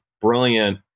brilliant